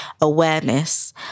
awareness